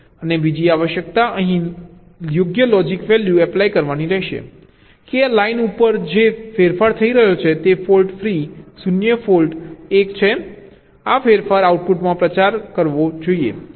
અને બીજી આવશ્યકતા અહીં યોગ્ય લોજીક વેલ્યૂ એપ્લાય કરવાની રહેશે કે આ લાઇન ઉપર જે આ ફેરફાર થઈ રહ્યો છે તે ફોલ્ટ ફ્રી 0 ફોલ્ટ 1 છે આ ફેરફાર આઉટપુટમાં પ્રચાર કરવો જોઈએ